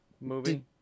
movie